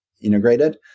integrated